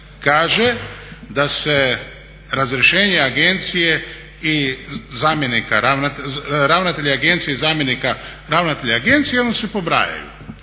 da se razrješenje ravnatelja agencije i zamjenika ravnatelja agencije onda se pobrajaju.